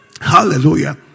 Hallelujah